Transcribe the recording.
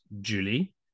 Julie